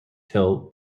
till